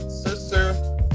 sister